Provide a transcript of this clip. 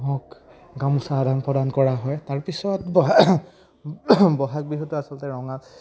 হওক গামোচা আদান প্ৰদান কৰা হয় তাৰপিছত বহাগ বহাগ বিহুটো আচলতে ৰঙা